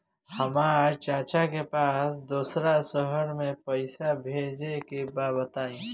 हमरा चाचा के पास दोसरा शहर में पईसा भेजे के बा बताई?